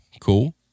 Cool